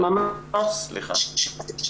סליחה.